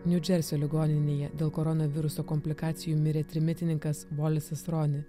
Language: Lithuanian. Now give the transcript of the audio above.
niu džersio ligoninėje dėl koronaviruso komplikacijų mirė trimitininkas volisas roni